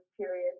period